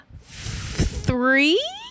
Three